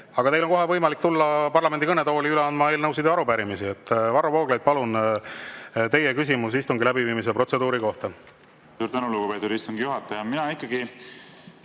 Aga teil on kohe võimalik tulla parlamendi kõnetooli üle andma eelnõusid ja arupärimisi. Varro Vooglaid, palun, teie küsimus istungi läbiviimise protseduuri kohta!